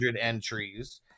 entries